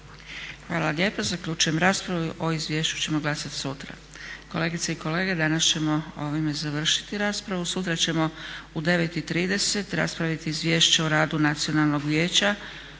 Hvala lijepa. Zaključujem raspravu. O izvješću ćemo glasat sutra. Kolegice i kolege, danas ćemo ovime završiti raspravu. Sutra ćemo u 9,30 raspraviti Izvješće o radu Nacionalnog vijeća